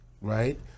right